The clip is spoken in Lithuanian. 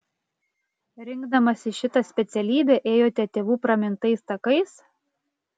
rinkdamasi šitą specialybę ėjote tėvų pramintais takais